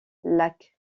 lacs